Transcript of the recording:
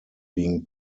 being